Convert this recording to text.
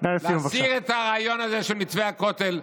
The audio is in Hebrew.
להסיר את הרעיון הזה של מתווה הכותל,